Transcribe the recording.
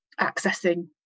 accessing